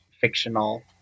fictional